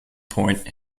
point